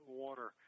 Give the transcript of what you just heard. water